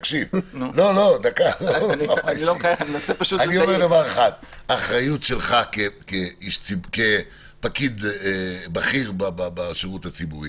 אני אומר שהאחריות שלך כפקיד בכיר בשירות הציבורי